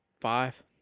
five